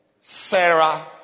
Sarah